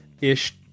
ish